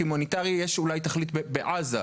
כי הומניטרי יש אולי תכלית בעזה.